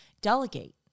Delegate